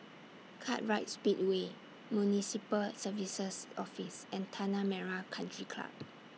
Kartright Speedway Municipal Services Office and Tanah Merah Country Club